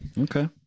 Okay